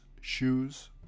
shoes